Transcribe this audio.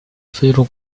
非洲